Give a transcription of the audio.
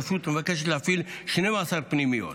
הרשות מבקשת להפעיל 12 פנימיות.